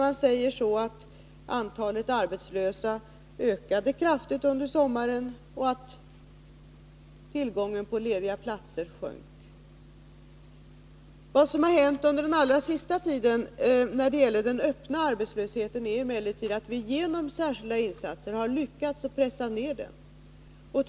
Antalet arbetslösa ökade kraftigt under sommaren och tillgången på lediga platser sjönk. Under den allra senaste tiden har vi emellertid genom särskilda insatser lyckats pressa ned den öppna arbetslösheten.